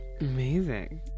amazing